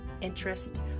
interest